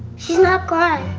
she's not gone.